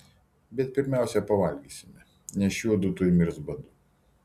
bet pirmiausia pavalgysime nes šiuodu tuoj mirs badu